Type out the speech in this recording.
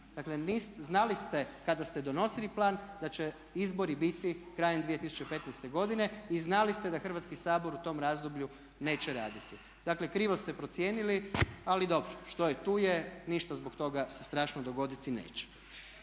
Dakle, znali ste kada ste donosili plan da će izbori biti krajem 2015. godine i znali ste da Hrvatski sabor u tom razdoblju neće raditi. Dakle, krivo ste procijenili. Ali dobro, što je tu je, ništa zbog toga se strašno dogoditi neće.